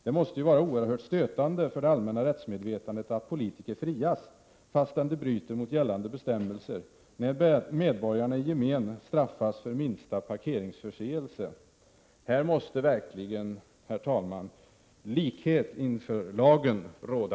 Det måste ju vara oerhört stötande för det allmänna rättsmedvetandet att politiker frias fastän de bryter mot gällande bestämmelser, när medborgarna i gemen straffas för minsta parkeringsförseelse. Här måste verkligen, herr talman, likhet inför lagen råda.